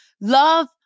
Love